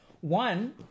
One